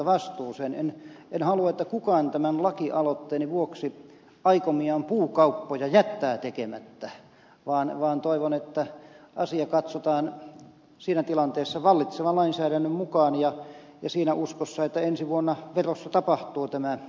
en halua että kukaan tämän lakialoitteeni vuoksi aikomiaan puukauppoja jättää tekemättä vaan toivon että asia katsotaan siinä tilanteessa vallitsevan lainsäädännön mukaan ja siinä uskossa että ensi vuonna verossa tapahtuu tämä nousu